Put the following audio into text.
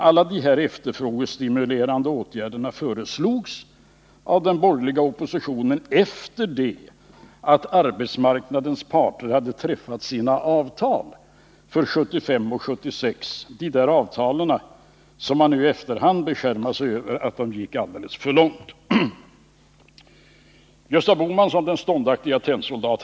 Alla de här efterfrågestimulerande åtgärderna föreslogs av den borgerliga oppositionen efter det att arbetsmarknadens parter hade träffat sina avtal för 1975 och 1976. Det är de avtal som man nu i efterhand beskärmar sig över — man säger att de gick alldeles för långt. Gösta Bohman var på den tiden den ståndaktige tennsoldaten.